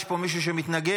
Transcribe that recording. יש פה מישהו שמתנגד?